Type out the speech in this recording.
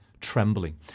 trembling